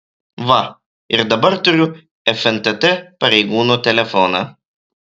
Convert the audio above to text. va ir dabar turiu fntt pareigūno telefoną